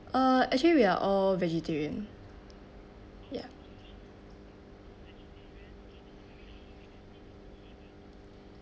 uh actually we are all vegetarian ya